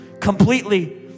completely